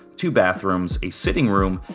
two bathrooms, a sitting room,